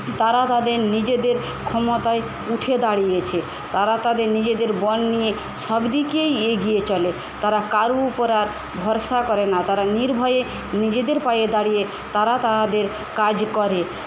তারা তাদের নিজেদের ক্ষমতায় উঠে দাঁড়িয়েছে তারা তাদের নিজেদের বল নিয়ে সব দিকেই এগিয়ে চলে তারা কারুর উপর আর ভরসা করে না তারা নির্ভয়ে নিজেদের পায়ে দাঁড়িয়ে তারা তাহাদের কাজ করে